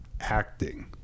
acting